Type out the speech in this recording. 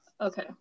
Okay